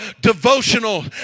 devotional